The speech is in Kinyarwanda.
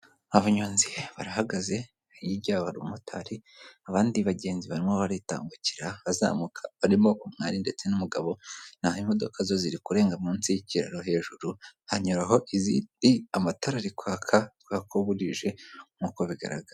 Abanyonzi barahagaze, hirya yabo hari abamotari, abandi bagenzi barimo baritambukira bazamuka, barimo umwari ndetse n'umugabo, naho imodoka zo ziri kurenga munsi y'ikiraro hejuru hanyuraho izindi, amatara ari kwaka kubera ko burije nk'uko bigaragara.